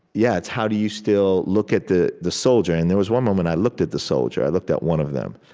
yeah how do you still look at the the soldier? and there was one moment, i looked at the soldier. i looked at one of them.